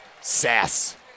Sass